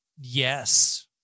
Yes